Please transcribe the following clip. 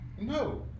No